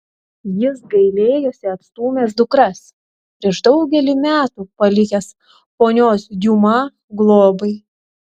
jis gailėjosi atstūmęs dukras prieš daugelį metų palikęs ponios diuma globai